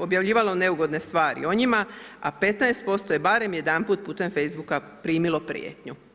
objavljivalo neugodne stvari o njima, a 15% je barem jedanput putem FB-a primilo prijetnju.